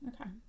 Okay